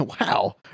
wow